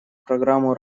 программу